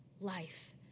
life